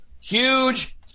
huge